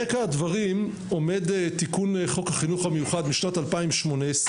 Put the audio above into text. ברקע הדברים עומד תיקון חוק החינוך המיוחד משנת 2018,